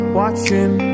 watching